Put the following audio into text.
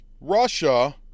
Russia